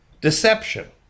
Deception